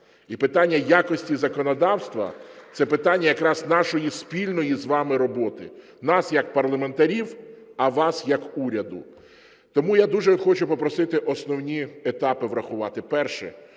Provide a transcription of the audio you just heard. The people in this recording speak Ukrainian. І питання якості законодавства – це питання якраз нашої спільної з вами роботи, нас як парламентарів, а вас як уряду. Тому я дуже хочу попросити основні етапи врахувати. Перше.